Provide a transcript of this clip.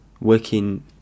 working